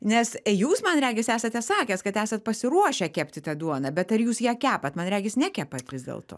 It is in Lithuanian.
nes jūs man regis esate sakęs kad esat pasiruošę kepti tą duoną bet ar jūs ją kepat man regis nekepat vis dėlto